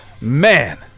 man